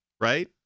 right